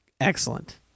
Excellent